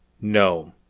No